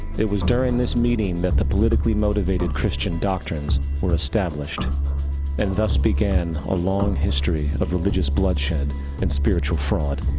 it was during this meeting that the politically motivated christian doctrines were established and thus began a long history of religious bloodshed and spiritual fraud.